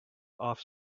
off